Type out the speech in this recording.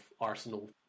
arsenal